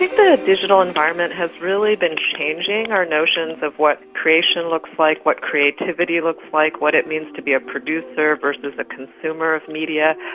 the the digital environment has really been changing our notions of what creation looks like, what creativity looks like, what it means to be a producer versus a consumer of the media.